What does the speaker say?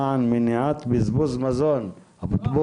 של מניעת השלכת הפסולת במרחב הציבורי והטיפול